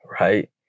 right